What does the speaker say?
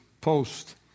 post